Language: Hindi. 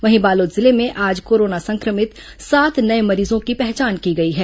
वहीं बालोद जिले में आज कोरोना संक्रमित सात नये मरीजों की पहचान की गई है